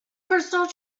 personal